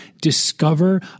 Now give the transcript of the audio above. discover